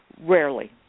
Rarely